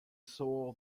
saw